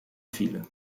file